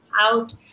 out